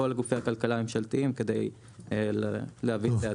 כל גופי הכלכלה הממשלתיים כדי להבין צעדים.